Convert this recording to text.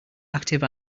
active